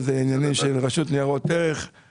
113 מיליון ₪, תמורת בערך 11% ממניות אל